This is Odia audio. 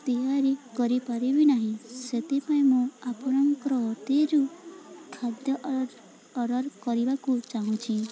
ତିଆରି କରିପାରିବି ନାହିଁ ସେଥିପାଇଁ ମୁଁ ଆପଣଙ୍କ କତିରୁ ଖାଦ୍ୟ ଅର୍ଡ଼ର କରିବାକୁ ଚାହୁଁଛି